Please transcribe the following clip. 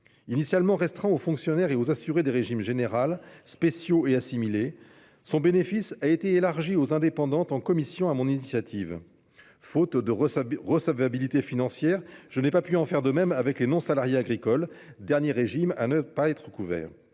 Initialement restreint aux fonctionnaires et aux assurées des régimes général, spéciaux et assimilées, son bénéfice a été élargi en commission aux indépendantes, sur mon initiative. Faute de recevabilité financière, je n'ai pas pu faire de même pour les non-salariées agricoles, dernier régime à ne pas être couvert.